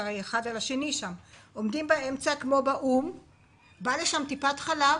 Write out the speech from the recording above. מידי שבוע מגיעה לשם טיפת חלב.